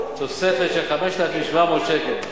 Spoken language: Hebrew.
הזכאות שניתנת, תוספת, של 5,700 שקל.